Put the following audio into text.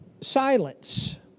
Silence